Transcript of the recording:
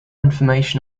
information